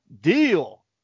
deal